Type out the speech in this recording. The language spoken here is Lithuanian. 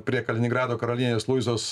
prie kaliningrado karalienės luizos